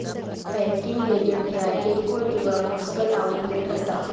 banking agent ह्या किरकोळ किंवा पोस्टल आउटलेट असा